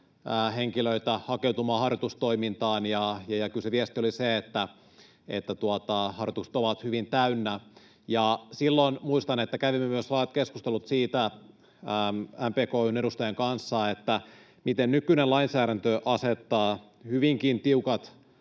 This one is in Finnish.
henkilöitä hakeutumaan harjoitustoimintaan, ja kyllä se viesti oli, että harjoitukset ovat hyvin täynnä. Muistan, että silloin kävimme myös laajat keskustelut MPK:n edustajan kanssa siitä, miten nykyinen lainsäädäntö asettaa hyvinkin tiukat